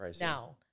Now